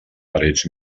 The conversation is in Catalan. parets